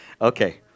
Okay